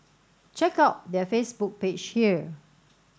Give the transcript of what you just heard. check out their Facebook page here